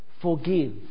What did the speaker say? forgive